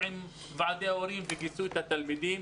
עם ועדי ההורים וקיבצו את התלמידים.